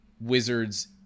wizards